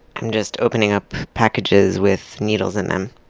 i'm just opening up packages with needles in them.